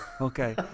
okay